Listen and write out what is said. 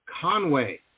Conway